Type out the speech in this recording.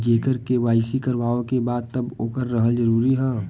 जेकर के.वाइ.सी करवाएं के बा तब ओकर रहल जरूरी हे?